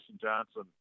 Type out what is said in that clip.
Johnson